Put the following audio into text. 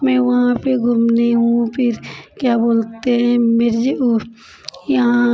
मैं वहाँ पे घूमने आऊँ फिर क्या बोलते हैं मेरे जे यहाँ